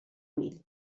mill